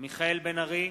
מיכאל בן-ארי,